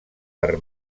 per